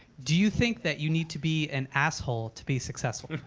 do you think that you need to be an asshole to be successful?